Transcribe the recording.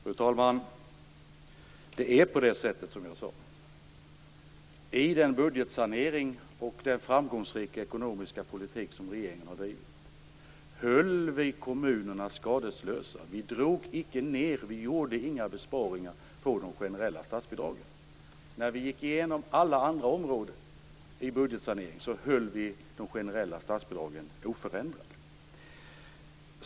Fru talman! Det är på det sättet som jag sade: I den budgetsanering och den framgångsrika ekonomiska politik som regeringen har drivit höll vi kommunerna skadeslösa. Vi gjorde inga besparingar på de generella statsbidragen. När vi gick igenom alla andra områden i budgetsaneringen höll vi de generella statsbidragen oförändrade.